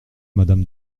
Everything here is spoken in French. madame